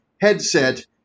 headset